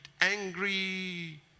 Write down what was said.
angry